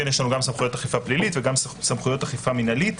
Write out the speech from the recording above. יש לנו גם סמכויות אכיפה פלילית וגם סמכויות אכיפה מינהלית.